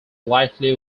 likely